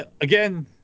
again